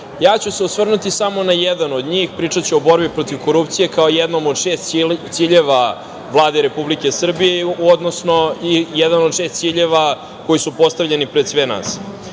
Ja ću se osvrnuti samo na jedan od njih. Pričaću o bori protiv korupcije kao jednom od šest ciljeva Vlade Republike Srbije, odnosno jedan od šest ciljeva koji su postavljeni pred sve nas. Mi